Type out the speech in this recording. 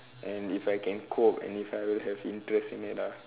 and if I can cope and if I will have interest in it lah